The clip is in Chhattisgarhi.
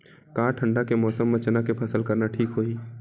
का ठंडा के मौसम म चना के फसल करना ठीक होही?